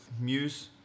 Muse